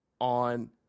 on